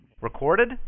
Recorded